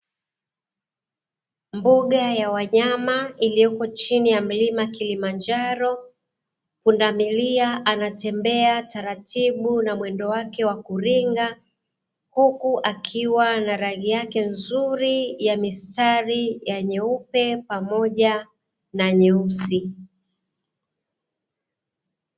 Mbuga ya yawanyama ililiyoko chini ya mlima Kilimanjaro, pundamilia anatembea taratibu na mwendo wake wakuringa, huku akiwa na rangi yake nzuri ya mistari ya nyeupe pamoja na nyeusi.